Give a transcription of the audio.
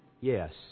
yes